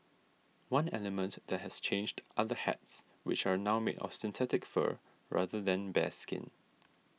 one element that has changed are the hats which are now made of synthetic fur rather than bearskin